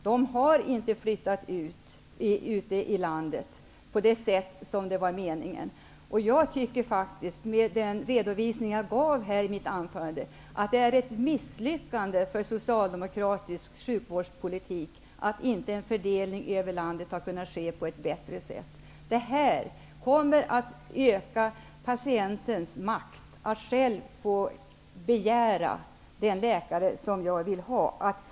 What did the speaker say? De har inte flyttat ut i landet på det sätt som var meningen. Jag tycker faktiskt med den redovisning som jag gav här i mitt anförande att det är ett misslyckande för socialdemokratisk sjukvårdspolitik att inte en fördelning över landet har kunnat ske på ett bättre sätt. Det här kommer att öka patientens makt att själv få begära den läkare som denne vill ha.